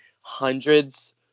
hundreds